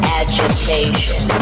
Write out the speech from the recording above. agitation